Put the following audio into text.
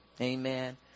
amen